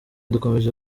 dukomeje